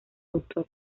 autor